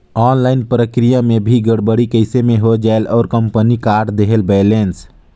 Online प्रक्रिया मे भी गड़बड़ी कइसे मे हो जायेल और कंपनी काट देहेल बैलेंस?